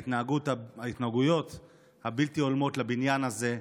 ההתנהגויות הבלתי-הולמות לבניין הזה.